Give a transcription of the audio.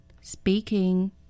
Speaking